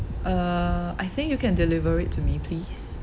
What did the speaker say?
uh I think you can deliver it to me please